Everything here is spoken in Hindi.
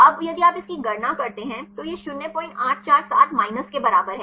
तो अब यदि आप इसकी गणना करते हैं तो यह 0847 माइनस के बराबर है